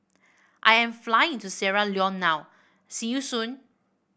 I am flying to Sierra Leone now see you soon